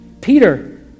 Peter